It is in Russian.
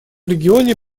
регионе